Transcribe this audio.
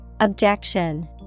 Objection